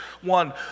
One